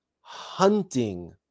hunting